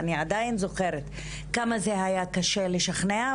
אני עדיין זוכרת כמה זה היה קשה לשכנע,